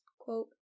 quote